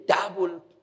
double